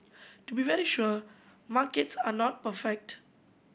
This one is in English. to be very sure markets are not perfect